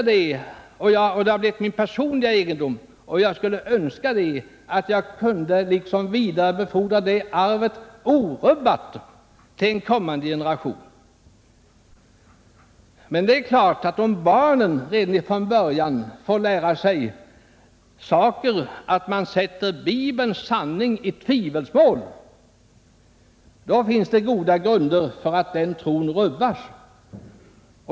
Det har blivit min personliga egendom, och jag skulle önska att jag kunde vidarebefordra detta arv orubbat till en kommande generation. Men om barnen redan från början får lära sig i skolan, att man sätter Bibelns sanning i tvivelsmål, då finns det goda grunder för att deras tro rubbas.